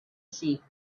sheep